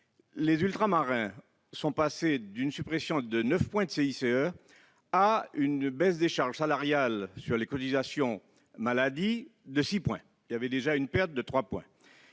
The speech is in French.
les Ultramarins sont passés d'une suppression de 9 points de CICE à une baisse des charges salariales sur les cotisations maladie de 6 points ; il y avait donc déjà une perte de 3 points.